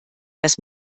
das